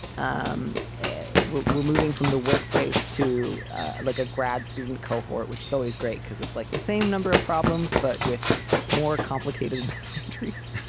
um we're we're moving from the workplace to like a grad student cohort, which is always great because it's like the same number of problems, but with more complicated countries